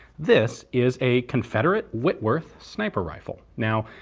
this is a confederate whitworth sniper rifle. now,